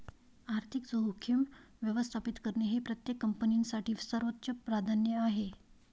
आर्थिक जोखीम व्यवस्थापित करणे हे प्रत्येक कंपनीसाठी सर्वोच्च प्राधान्य आहे